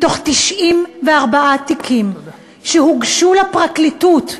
מתוך 94 תיקים שהוגשו לפרקליטות,